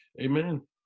Amen